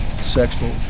sexual